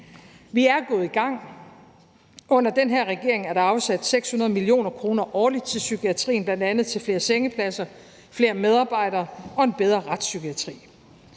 Vi er gået i gang. Under den her regering er der afsat 600 mio. kr. årligt til psykiatrien, bl.a. til flere sengepladser, flere medarbejdere og en bedre retspsykiatri.